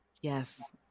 Yes